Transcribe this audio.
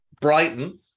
Brighton